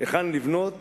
היכן לבנות